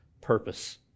purpose